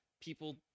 people